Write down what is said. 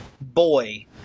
boy